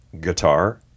guitar